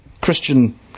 Christian